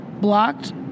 Blocked